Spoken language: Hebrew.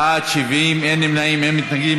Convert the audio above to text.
בעד, 70, אין נמנעים, אין מתנגדים.